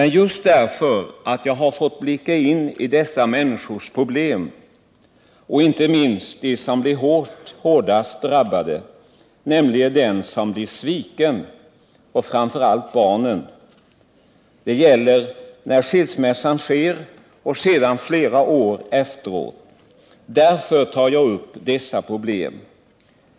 Nu har jag fått ta del av dessa människors problem. Inte minst rör det sig om de människor som har drabbats hårdast, de som har blivit svikna och framför allt barnen. Det gäller själva skilsmässan och förhål landena flera år efteråt. Därför tar jag upp de här problemen.